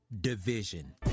division